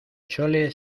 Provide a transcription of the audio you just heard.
chole